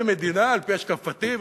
על-פי השקפתי,